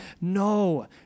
No